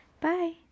Bye